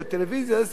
זה סיפור אחר.